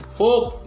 hope